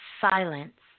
silence